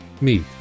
meet